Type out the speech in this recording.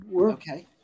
Okay